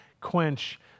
quench